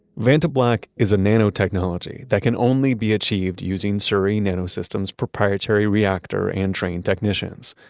vantablack is a nanotechnology that can only be achieved using surrey nanosystems' proprietary reactor and trained technicians.